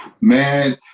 Man